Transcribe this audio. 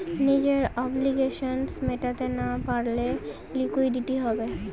নিজের অব্লিগেশনস মেটাতে না পারলে লিকুইডিটি হবে